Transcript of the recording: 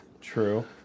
True